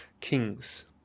Kings